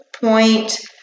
point